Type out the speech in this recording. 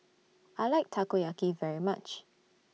I like Takoyaki very much